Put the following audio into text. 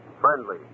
friendly